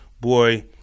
boy